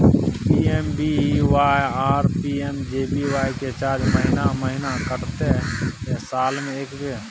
PMSBY आरो PMJBY के charge महीने महीना कटते या साल म एक बेर?